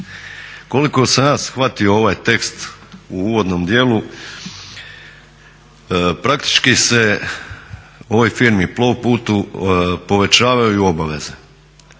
koliko sam shvatio ovaj tekst u uvodnom dijelu, praktički se u ovoj firmi Plovputu povećavaju obaveze,